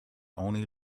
only